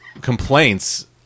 complaints